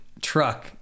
truck